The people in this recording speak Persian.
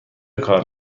کار